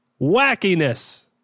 Wackiness